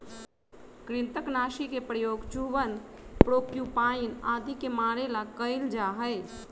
कृन्तकनाशी के प्रयोग चूहवन प्रोक्यूपाइन आदि के मारे ला कइल जा हई